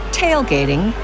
tailgating